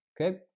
Okay